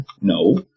No